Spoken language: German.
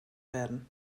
werden